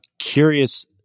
curious